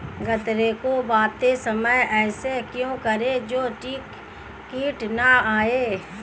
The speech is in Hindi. गन्ने को बोते समय ऐसा क्या करें जो कीट न आयें?